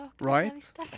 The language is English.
right